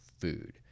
food